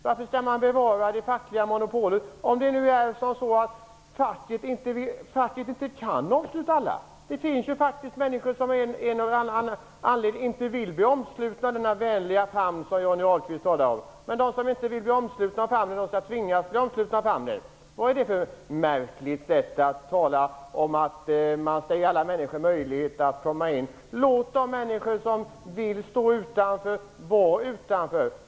Varför skall man behålla det fackliga monopolet, om facket nu inte kan omsluta alla? Det finns ju faktiskt människor som av en eller annan anledning inte vill bli omslutna av den vänliga famn som Johnny Ahlqvist talar om. Men de som inte vill det skall tvingas att bli omslutna av den famnen! Att tala om att man skall ge alla människor möjlighet att komma in är ett märkligt sätt att se det. Låt de människor som vill stå utanför vara utanför!